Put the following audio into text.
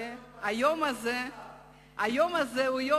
היא מתכוונת לעשות